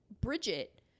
Bridget